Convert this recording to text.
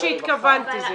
זה מה שהתכוונתי.